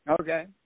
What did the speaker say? Okay